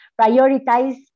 prioritize